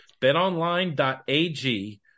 BetOnline.ag